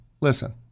listen